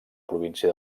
província